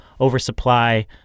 oversupply